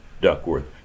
Duckworth